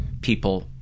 people